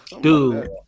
Dude